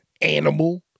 animal